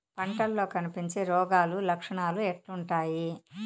పంటల్లో కనిపించే రోగాలు లక్షణాలు ఎట్లుంటాయి?